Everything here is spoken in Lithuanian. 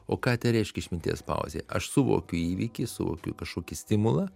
o ką tai reiškia išminties pauzė aš suvokiu įvykį suvokiu kažkokį stimulą